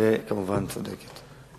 וכמובן צודקת.